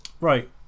right